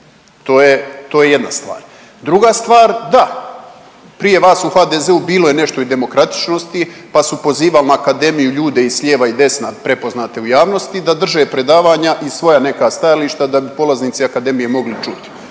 To je jedna stvar. Druga stvar, da prije vas u HDZ-u bilo je nešto i demokratičnosti pa su pozivali akademiju ljude i s lijeva i s desna prepoznate u javnosti da drže predavanja i svoja neka stajališta da bi polaznici akademije mogli čuti.